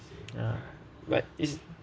ya but is